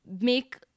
make